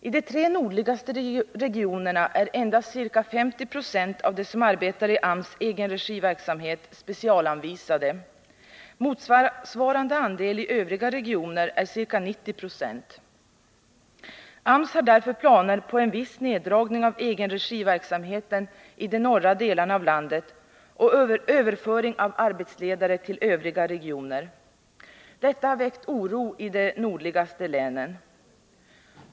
I de tre nordligaste regionerna är endast ca 50 96 av dem som arbetar i AMS egenregiverksamhet specialanvisade. Motsvarande andel i övriga regioner är ca 90 26. AMS har därför planer på en viss neddragning av egenregiverksamheten i de norra delarna av landet och överföring av arbetsledare till övriga regioner. Detta har väckt oro i de nordligaste länen.